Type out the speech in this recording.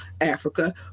Africa